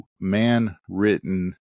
man-written